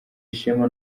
ishema